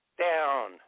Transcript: down